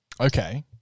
Okay